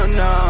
no